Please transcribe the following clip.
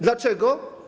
Dlaczego?